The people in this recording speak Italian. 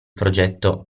progetto